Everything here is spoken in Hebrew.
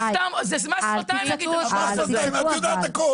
אל תצעקו אבל.